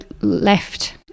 left